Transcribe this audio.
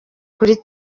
kuri